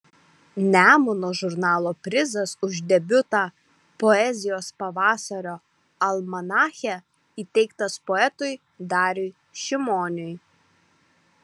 nemuno žurnalo prizas už debiutą poezijos pavasario almanache įteiktas poetui dariui šimoniui